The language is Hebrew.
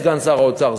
סגן שר האוצר,